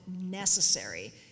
necessary